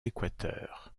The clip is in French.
équateur